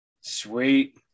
Sweet